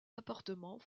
appartements